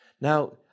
Now